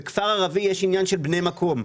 שבכפר ערבי יש את העניין של בן מקום,